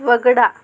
वगळा